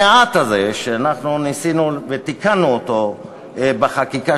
המעט הזה שניסינו ותיקנו אותו בחקיקה